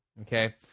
Okay